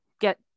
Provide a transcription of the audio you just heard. get